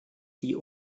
die